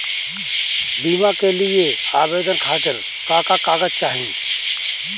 बीमा के लिए आवेदन खातिर का का कागज चाहि?